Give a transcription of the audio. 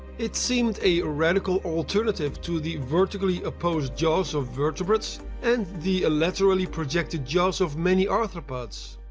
it seemed a radical alternative to the vertically opposed jaws of vertebrates and the laterally projected jaws of many arthropods.